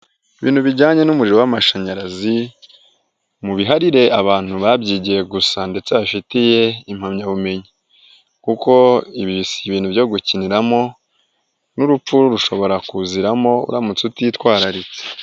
Ibintu bijyanye n'umuriro w'amashanyarazi mubiharire abantu babyigiye gusa ndetse bafitiye impamyabumenyi kuko ibi si ibintu byo gukiniramo n'urupfu rushobora kuziramo uramutse utitwararitse.